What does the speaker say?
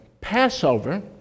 Passover